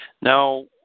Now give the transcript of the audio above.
Now